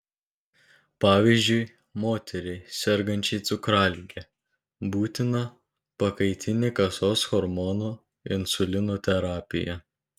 pavyzdžiui moteriai sergančiai cukralige būtina pakaitinė kasos hormono insulino terapija